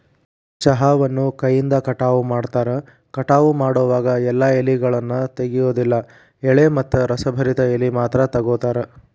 ಚಹಾವನ್ನು ಕೈಯಿಂದ ಕಟಾವ ಮಾಡ್ತಾರ, ಕಟಾವ ಮಾಡೋವಾಗ ಎಲ್ಲಾ ಎಲೆಗಳನ್ನ ತೆಗಿಯೋದಿಲ್ಲ ಎಳೆ ಮತ್ತ ರಸಭರಿತ ಎಲಿ ಮಾತ್ರ ತಗೋತಾರ